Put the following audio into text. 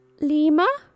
Lima